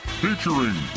featuring